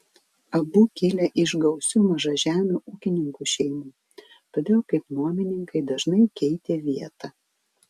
abu kilę iš gausių mažažemių ūkininkų šeimų todėl kaip nuomininkai dažnai keitė vietą